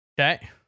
Okay